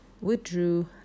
withdrew